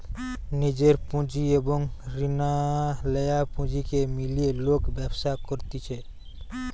নিজের পুঁজি এবং রিনা লেয়া পুঁজিকে মিলিয়ে লোক ব্যবসা করতিছে